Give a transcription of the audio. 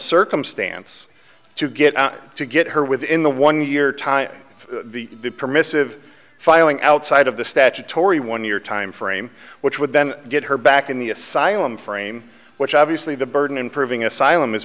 circumstance to get to get her within the one year time of the permissive filing outside of the statutory one year timeframe which would then get her back in the asylum frame which obviously the burden in proving asylum is